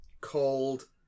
called